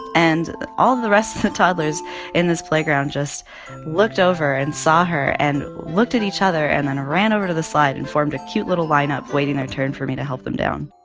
and all the rest of the toddlers in this playground just looked over and saw her and looked at each other and then ran over to the slide and formed a cute little lineup waiting their turn for me to help them down